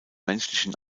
menschlichen